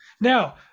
Now